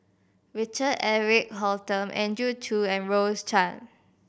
Richard Eric Holttum Andrew Chew and Rose Chan